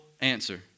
answer